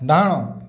ଡାହାଣ